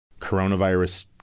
coronavirus